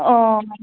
অঁ